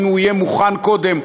אם הוא יהיה מוכן מוקדם,